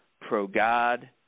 pro-God